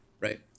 Right